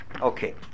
Okay